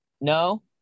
No